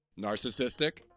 Narcissistic